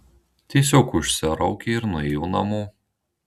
tiesiog užsiraukė ir nuėjo namo